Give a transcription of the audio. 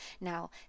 Now